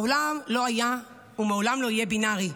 העולם לא היה ולעולם לא יהיה בינארי,